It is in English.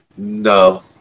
No